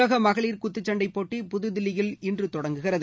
உலக மகளிர் குத்துச்சண்டை போட்டி புதுதில்லியில் இன்று தொடங்குகிறது